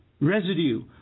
residue